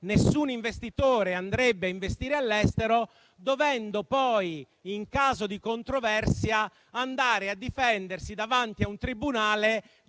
nessun investitore andrebbe a investire all'estero, dovendo poi in caso di controversia andare a difendersi davanti a un tribunale